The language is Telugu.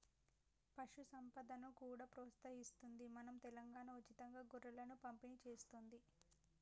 పశు సంపదను కూడా ప్రోత్సహిస్తుంది మన తెలంగాణా, ఉచితంగా గొర్రెలను పంపిణి చేస్తుంది